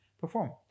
perform